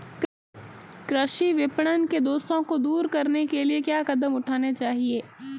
कृषि विपणन के दोषों को दूर करने के लिए क्या कदम उठाने चाहिए?